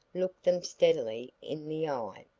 looked them steadily in the eye.